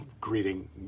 greeting